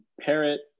parrot